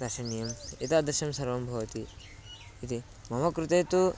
दर्शनीयम् एतादृशं सर्वं भवति इति मम कृते तु